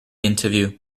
interview